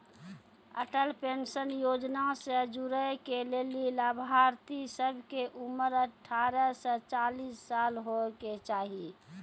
Atal pension योजना से जुड़ै के लेली लाभार्थी सभ के उमर अठारह से चालीस साल होय के चाहि